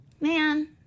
Man